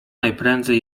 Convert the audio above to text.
najprędzej